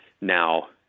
now